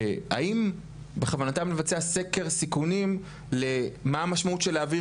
והאם בכוונתם לבצע סקר סיכונים למה המשמעות של להעביר